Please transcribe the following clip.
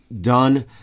done